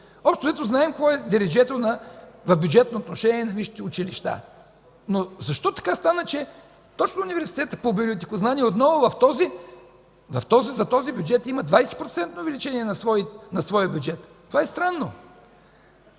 Общо взето знаем какво е дереджето в бюджетно отношение на висшите училища, но защо стана така, че точно Университетът по библиотекознание отново за този бюджет има 20-процентно увеличение на своя бюджет? Това е странно!